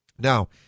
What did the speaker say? Now